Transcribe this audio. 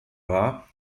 war